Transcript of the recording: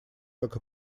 как